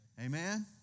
Amen